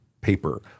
paper